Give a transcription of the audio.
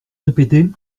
répéter